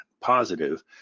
positive